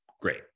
Great